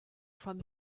from